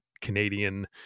Canadian